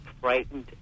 frightened